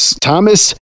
Thomas